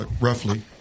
roughly